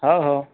हो हो